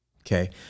Okay